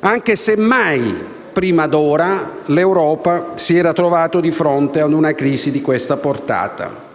anche se mai prima d'ora l'Europa si era trovata di fronte a una crisi di questa portata.